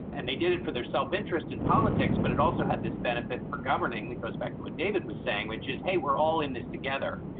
and they did it for their self-interest in politics. but it also had this benefit for governing. it goes back to what david was saying, which is, hey, we're all in this together.